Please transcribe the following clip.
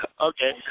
Okay